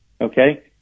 okay